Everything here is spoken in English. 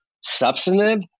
substantive